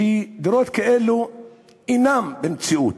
ודירות כאלה אינן במציאות.